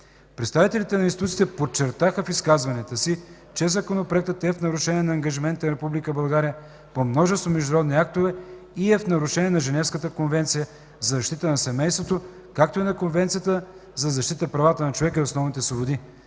Представителите на институциите подчертаха в изказванията си, че Законопроектът е в нарушение на ангажиментите на Република България по множество международни актове, в нарушение на Женевската конвенция за защита на семейството, както и на Конвенцията за защита правата на човека и основните свободи,